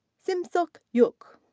simseok yuk.